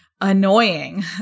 annoying